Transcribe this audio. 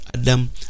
Adam